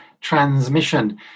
transmission